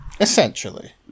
essentially